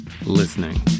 listening